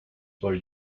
por